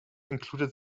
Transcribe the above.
included